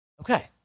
Okay